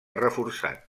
reforçat